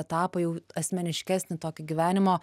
etapą jau asmeniškesnį tokį gyvenimo